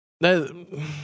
No